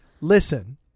listen